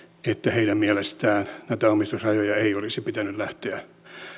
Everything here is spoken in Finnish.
että heidän mielestään näitä omistusrajoja ei olisi pitänyt lähteä